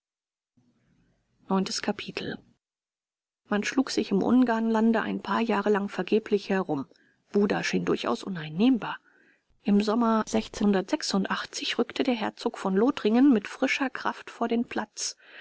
man schlug sich im ungarlande ein paar jahre lang vergeblich herum buda schien durchaus uneinnehmbar im sommer rückte der herzog von lothringen mit frischer kraft vor den platz